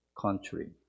country